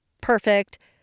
perfect